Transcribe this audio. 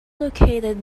located